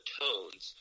tones